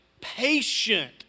patient